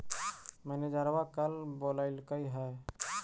मैनेजरवा कल बोलैलके है?